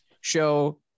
show